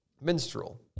Minstrel